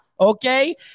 okay